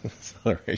sorry